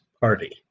Party